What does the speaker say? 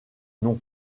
nom